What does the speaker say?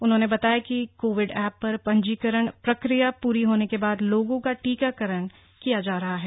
उन्होने बताया कि कोविड एप पर पंजीकरण प्रक्रिया पूरी होने के बाद लोगों का टीकाकरण किया जा रहा है